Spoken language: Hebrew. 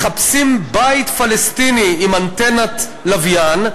מחפשים בית פלסטיני עם אנטנת לוויין,